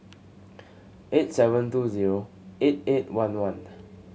eight seven two zero eight eight one one